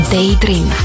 Daydream